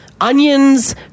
onions